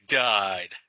died